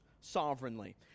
sovereignly